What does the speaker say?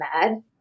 mad